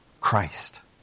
Christ